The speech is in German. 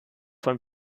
von